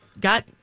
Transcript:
got